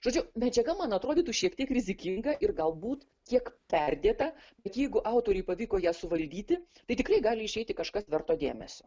žodžiu medžiaga man atrodytų šiek tiek rizikinga ir galbūt kiek perdėta bet jeigu autoriui pavyko ją suvaldyti tai tikrai gali išeiti kažkas verto dėmesio